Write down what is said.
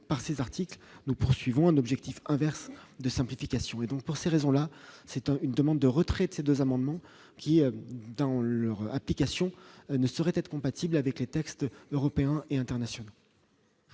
par ses articles, nous poursuivons un objectif inverse de simplification et donc pour ces raisons-là, c'est un une demande de retrait de ces 2 amendements qui dans leur application ne saurait être compatible avec les textes européens et internationaux.